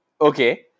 okay